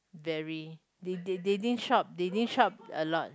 very they didn't shop they didn't shop a lot